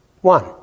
one